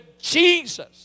Jesus